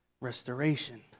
restoration